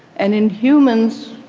and in humans,